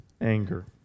anger